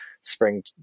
spring